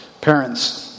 Parents